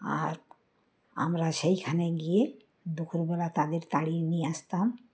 আর আমরা সেইখানে গিয়ে দুপুরবেলা তাদের তাড়িয়ে নিয়ে আসতাম